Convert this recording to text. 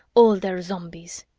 all their zombies!